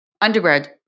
undergrad